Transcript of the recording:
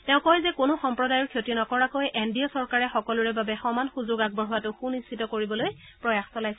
তেওঁ কয় যে কোনো সম্প্ৰদায়ৰ ক্ষতি নকৰাকৈ এন ডি চৰকাৰে সকলোৰে বাবে সমান সুযোগ আগবঢ়োৱাটো সুনিশ্চিত কৰিবলৈ প্ৰয়াস চলাইছে